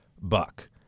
buck